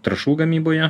trąšų gamyboje